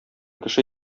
кеше